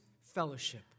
fellowship